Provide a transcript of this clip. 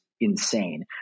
insane